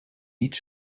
niet